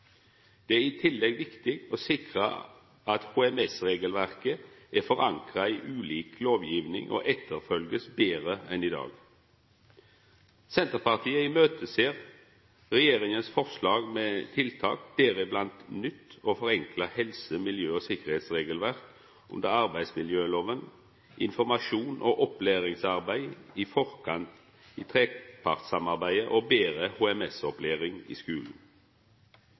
Det er i tillegg viktig å sikra at HMS-regelverket er forankra i ulik lovgiving og blir følgt betre enn i dag. Senterpartiet ser fram til regjeringas forslag til tiltak, deriblant nytt og forenkla helse-, miljø- og sikkerheitsregelverk under arbeidsmiljølova, informasjon og opplæringsarbeid i forkant, trepartssamarbeidet og betre HMS- opplæring i skulen.